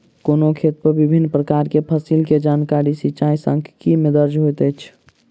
कोनो खेत पर विभिन प्रकार के फसिल के जानकारी सिचाई सांख्यिकी में दर्ज होइत अछि